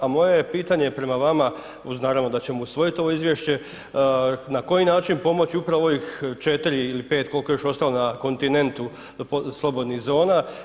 A moje je pitanje prema vama, uz naravno da ćemo usvojiti ovo izvješće, na koji način pomoći upravo ovih 4 ili 5 koliko je još ostalo na kontinentu slobodnih zona.